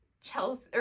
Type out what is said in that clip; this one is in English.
chelsea